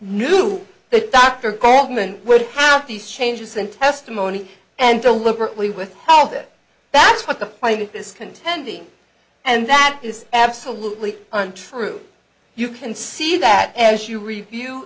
knew that dr goldman would have these changes in testimony and deliberately withheld it that's what the plaintiff this contending and that is absolutely untrue you can see that as you review